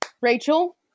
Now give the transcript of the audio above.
Rachel